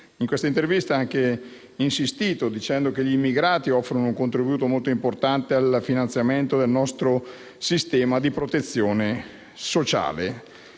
In questa intervista ha insistito dicendo che gli immigrati offrono un contributo molto importante al finanziamento del nostro sistema di protezione sociale.